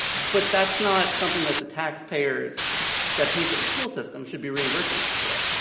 but that's not something that the taxpayers that pay for the school system, should be reimbursing us for.